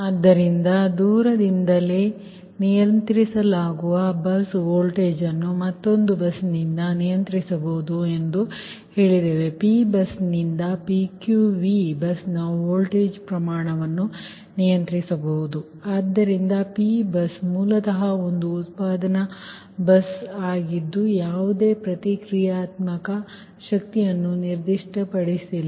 ಆದ್ದರಿಂದ ದೂರದಿಂದಲೇRremotely ಇರುವ ಬಸ್ ವೋಲ್ಟೇಜ್ ಅನ್ನು ಮತ್ತೊಂದು ಬಸ್ನಿಂದ ನಿಯಂತ್ರಿಸಬಹುದು ಎಂದು ನಾವು ಹೇಳಿದ್ದೇವೆ P ಬಸ್ನಿಂದ PQVಬಸ್ ನ ವೋಲ್ಟೇಜ್ ಪ್ರಮಾಣವನ್ನು ನಿಯಂತ್ರಿಸಬಹುದು ಆದ್ದರಿಂದ P ಬಸ್ ಮೂಲತಃ ಒಂದು ಉತ್ಪಾಧನ ಬಸ್ ಆಗಿದ್ದು ಯಾವುದೇ ಪ್ರತಿಕ್ರಿಯಾತ್ಮಕ ಶಕ್ತಿಯನ್ನು ನಿರ್ದಿಷ್ಟಪಡಿಸಿಲ್ಲ